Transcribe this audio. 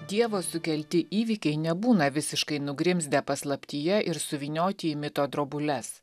dievo sukelti įvykiai nebūna visiškai nugrimzdę paslaptyje ir suvynioti į mito drobules